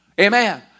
Amen